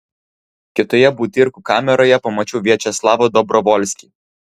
kitoje butyrkų kameroje pamačiau viačeslavą dobrovolskį